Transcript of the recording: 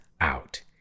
out